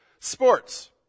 Sports